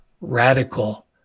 radical